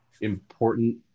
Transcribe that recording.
important